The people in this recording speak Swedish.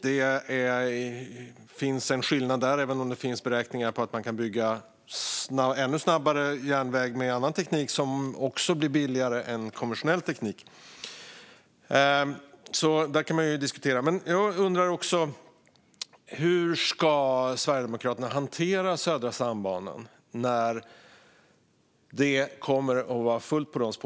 Det finns en skillnad där, även om det finns beräkningar på att man kan bygga ännu snabbare järnväg med annan teknik, som också blir billigare än konventionell teknik. Detta kan vi ju diskutera. Jag undrar också hur Sverigedemokraterna ska hantera Södra stambanan när det kommer att vara fullt på de spåren.